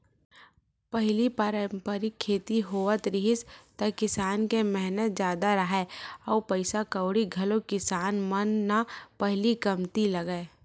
पहिली पारंपरिक खेती होवत रिहिस त किसान के मेहनत जादा राहय अउ पइसा कउड़ी घलोक किसान मन न पहिली कमती लगय